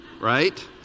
Right